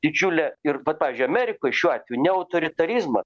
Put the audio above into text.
didžiulė ir vat pavyzdžiui amerikoj šiuo atveju ne autoritarizmas